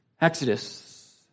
Exodus